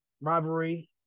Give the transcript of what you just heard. rivalry